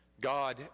God